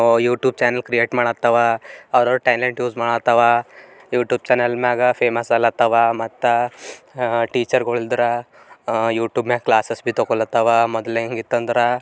YouTube channel create ಮಾಡತ್ತಾವ ಅವ್ರವ್ರ talent use ಮಾಡತ್ತಾವ ಯೂಟ್ಯೂಬ್ ಚಾನೆಲ್ನಾಗ ಫೇಮಸ್ ಆಗ್ಲತ್ತಾವ ಮತ್ತು ಟೀಚರ್ಗಳ್ ಇದ್ರೆ ಯೂಟ್ಯೂಬ್ನಾಗ ಕ್ಲಾಸಸ್ ಭಿ ತೊಕೊಳತ್ತಾವ ಮೊದಲು ಹೆಂಗಿತ್ತಂದ್ರೆ